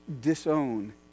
disown